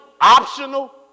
optional